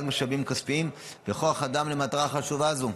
משאבים כספיים וכוח אדם למטרה חשובה זו.